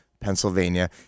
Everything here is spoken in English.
Pennsylvania